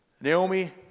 Naomi